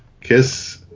Kiss